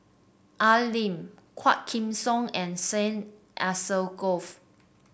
Al Lim Quah Kim Song and Syed Alsagoff